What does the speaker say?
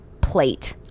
plate